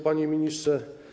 Panie Ministrze!